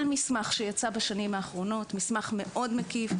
כל מסמך שיצא בשנים האחרונות היה מסמך מאוד מקיף.